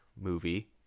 movie